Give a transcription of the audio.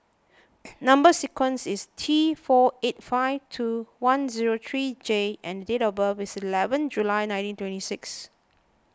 Number Sequence is T four eight five two one zero three J and date of birth is eleven July nineteen twenty six